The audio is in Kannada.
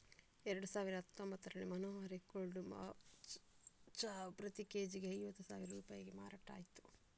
ಎರಡು ಸಾವಿರದ ಹತ್ತೊಂಭತ್ತರಲ್ಲಿ ಮನೋಹರಿ ಗೋಲ್ಡ್ ಚಾವು ಪ್ರತಿ ಕೆ.ಜಿಗೆ ಐವತ್ತು ಸಾವಿರ ರೂಪಾಯಿಗೆ ಮಾರಾಟ ಆಯ್ತು